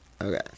Okay